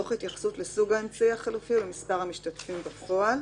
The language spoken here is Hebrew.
תוך התייחסות לסוג האמצעי החלופי ולמספר המשתתפים בפועל,